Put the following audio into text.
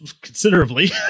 considerably